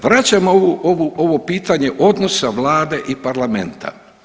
Vraćam ovo, ovo pitanje odnosa vlade i parlamenta.